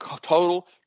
total